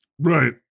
Right